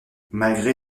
malgré